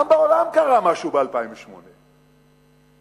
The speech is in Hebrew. גם בעולם קרה משהו ב-2008 וב-2009,